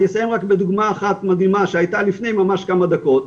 אני יסיים רק בדוגמא אחת מדהימה שהייתה ממש לפני כמה דקות,